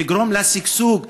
לגרום לשגשוג לתושביו,